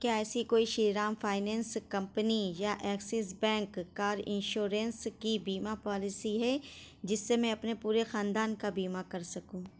کیا ایسی کوئی شری رام فائننس کمپنی یا ایکسس بینک کار انشورنس کی بیمہ پالیسی ہے جس سے میں اپنے پورے خاندان کا بیمہ کر سکوں